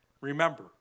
remember